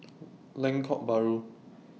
Lengkok Bahru